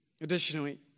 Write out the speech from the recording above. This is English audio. Additionally